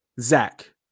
Zach